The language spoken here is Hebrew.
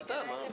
נמחקה.